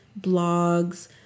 blogs